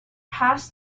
pass